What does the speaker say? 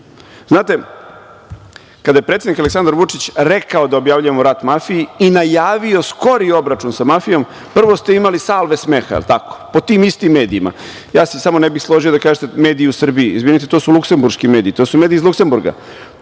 nije. Znate, kada je predsednik Aleksandar Vučić rekao da objavljujemo rat mafiji i najavio skori obračun sa mafijom, prvo ste imali salve smeha, jel tako, po tim istim medijima. Ja se samo ne bih složio da kažete - mediji u Srbiji. Izvinite, to su luksemburški mediji, to su mediji iz Luksemburga. Meni